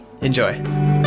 enjoy